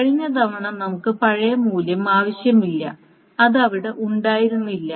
കഴിഞ്ഞ തവണ നമുക്ക് പഴയ മൂല്യം ആവശ്യമില്ല അത് അവിടെ ഉണ്ടായിരുന്നില്ല